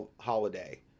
holiday